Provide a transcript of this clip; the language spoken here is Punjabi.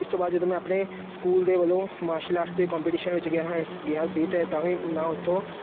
ਇਸ ਤੋਂ ਬਾਅਦ ਜਦੋਂ ਮੈਂ ਆਪਣੇ ਸਕੂਲ ਦੇ ਵੱਲੋਂ ਮਾਰਸ਼ਲ ਆਰਟਸ ਦੇ ਕੋਂਪਟੀਸ਼ਨ ਵਿੱਚ ਗਿਆ ਹੈ ਸ ਗਿਆ ਸੀ ਅਤੇ ਤਾਂ ਵੀ ਮੈਂ ਉੱਥੋਂ